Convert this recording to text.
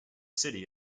city